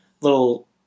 little